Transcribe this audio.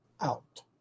out